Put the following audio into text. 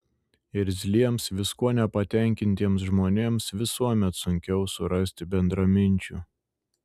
irzliems viskuo nepatenkintiems žmonėms visuomet sunkiau surasti bendraminčių